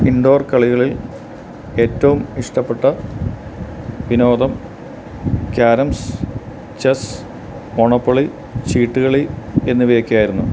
indoor കളികളിൽ ഏറ്റവും ഇഷ്ടപ്പെട്ട വിനോദം ക്യാരംസ് ചെസ് മോണോപ്പൊളി ചീട്ട് കളി എന്നിവയൊക്കെയായിരുന്നു